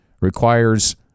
requires